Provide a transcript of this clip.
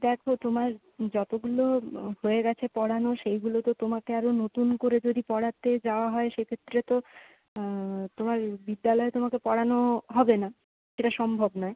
দেখো তোমার যতগুলো হয়ে গেছে পড়ানো সেইগুলো তো তোমাকে আরও নতুন করে যদি পড়াতে যাওয়া হয় সে ক্ষেত্রে তো তোমার বিদ্যালয়ে তোমাকে পড়ানো হবে না এটা সম্ভব নয়